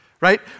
Right